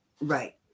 Right